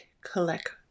Collect